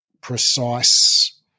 precise